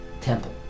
temple